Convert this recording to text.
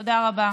תודה רבה.